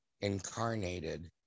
incarnated